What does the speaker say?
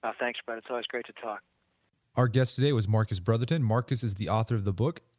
ah thanks brett, it's always great to talk our guest today was marcus brotherton marcus is the author of the book,